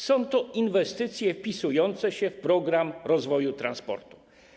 Są to inwestycje wpisujące się w program rozwoju transportu.